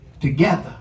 together